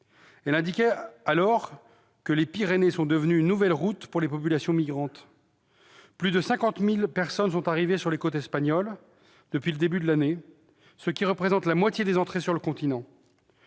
expliquant que les Pyrénées étaient devenues une nouvelle route pour les populations migrantes. De fait, plus de 50 000 personnes sont arrivées sur les côtes espagnoles depuis le début de l'année, ce qui représente la moitié des entrées sur le continent.